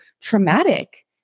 traumatic